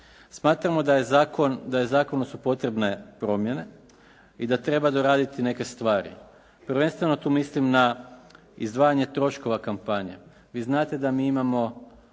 Smatramo da zakonu su potrebne promjene i da treba doraditi neke stvari, prvenstveno tu mislim na izdvajanje troškova kampanje. Vi znate da mi imamo